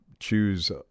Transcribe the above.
choose